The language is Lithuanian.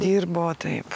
dirbo taip